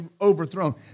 overthrown